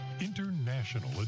international